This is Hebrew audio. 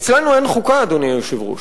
אצלנו אין חוקה, אדוני היושב-ראש,